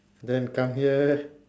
then come here